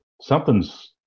something's